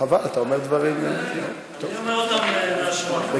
חבל, אתה אומר דברים, אני אומר אותם לאשורם.